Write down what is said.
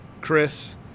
Chris